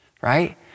right